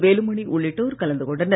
வேலுமணி உள்ளிட்டோர் கலந்து கொண்டனர்